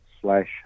slash